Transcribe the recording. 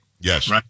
Yes